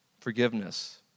Forgiveness